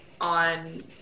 on